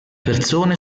persone